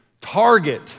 Target